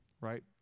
right